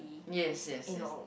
yes yes yes